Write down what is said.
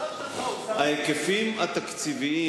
השר, אל תסביר לי.